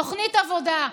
תוכנית עבודה.